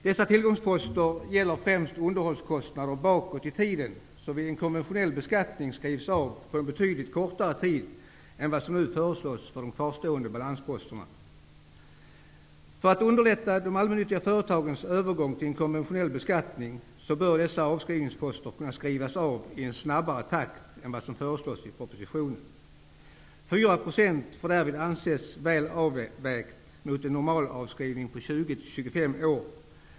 Dessa tillgångsposter gäller främst underhållskostnader bakåt i tiden, som vid en konventionell beskattning skrivs av på betydligt kortare tid än vad som nu föreslås för de kvarstående balansposterna. För att underlätta de allmännyttiga företagens övergång till en konventionell beskattning bör dessa avskrivningsposter kunna skrivas av i en snabbare takt än vad som föreslås i propositionen. En årlig avskrivning med 4 % får därför anses väl avvägt mot en normal avskrivning på 20--25 år.